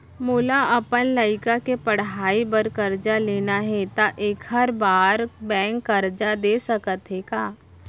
मोला अपन लइका के पढ़ई बर करजा लेना हे, त एखर बार बैंक करजा दे सकत हे का?